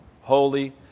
holy